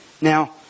Now